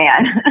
man